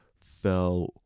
fell